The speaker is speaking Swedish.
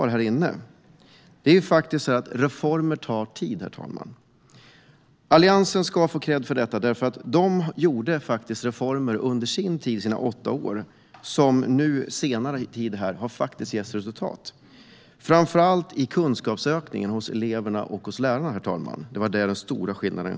Reformer tar tid, herr talman. Alliansen ska ha kredd för detta. Alliansen genomförde reformer under sina åtta år som nu under senare tid har gett resultat. Framför allt har kunskaperna hos eleverna och hos lärarna ökat. Det var det som var den stora skillnaden.